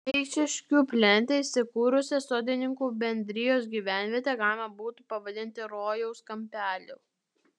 eišiškių plente įsikūrusią sodininkų bendrijos gyvenvietę galima būtų pavadinti rojaus kampeliu